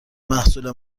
محصول